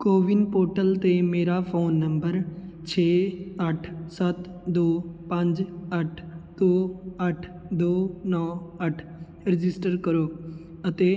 CoWIN portal 'ਤੇ ਮੇਰਾ phone number ਛੇ ਅੱਠ ਸੱਤ ਦੋ ਪੰਜ ਅੱਠ ਦੋ ਅੱਠ ਦੋ ਨੌਂ ਅੱਠ ਰਜਿਸਟਰ ਕਰੋ ਅਤੇ